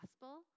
gospel